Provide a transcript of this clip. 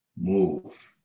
move